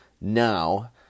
now